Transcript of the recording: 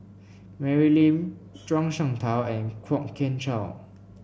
Mary Lim Zhuang Shengtao and Kwok Kian Chow